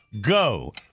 go